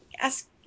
ask